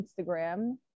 Instagram